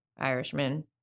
Irishman